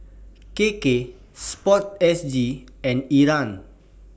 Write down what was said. K K Sport S G and IRAS